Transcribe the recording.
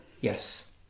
Yes